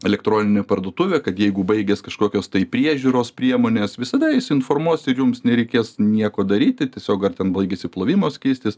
elektroninė parduotuvė kad jeigu baigias kažkokios tai priežiūros priemonės visada jis informuos ir jums nereikės nieko daryti tiesiog ar ten baigėsi plovimo skystis